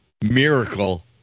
miracle